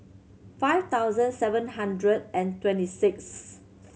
five thousand seven hundred and twenty sixth